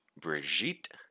Brigitte